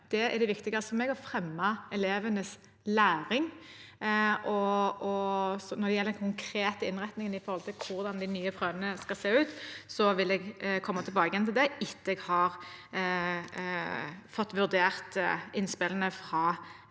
Det viktigste for meg er å fremme elevenes læring. Når det gjelder den konkrete innretningen, hvordan de nye prøvene skal se ut, vil jeg komme tilbake igjen til det etter at jeg har fått vurdert innspillene fra